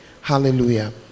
hallelujah